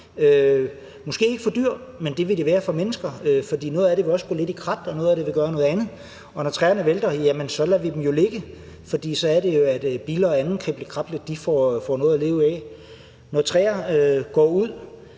måske ikke for dyr, men det vil de være for mennesker, for noget af det vil også gå i krat, noget af det vil gøre noget andet, og når træerne vælter, lader vi dem ligge, for så er det jo, at biller og andet krible-krable får noget at leve af. Når træer går ud,